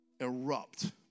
erupt